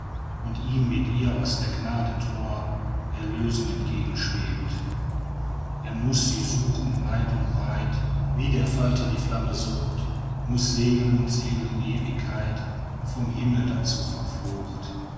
und ihm mit ihr aus der gnade thor erlösung entgegen schwebt er muß sie suchen weit und breit wie der falter die flamme sucht muß segeln und segeln in ewigkeit vom himmel dazu verflucht